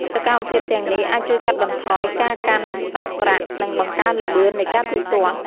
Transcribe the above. សកម្មភាពទាំងនេះ អាចជួយកាត់បន្ថយការកាន់សាច់ប្រាក់ និងបង្កើនល្បឿននៃការទូទាត់។